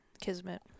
kismet